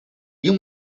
you